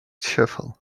shuffle